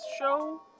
show